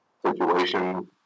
situation